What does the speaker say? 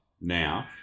now